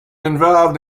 involved